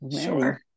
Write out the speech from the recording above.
sure